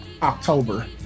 October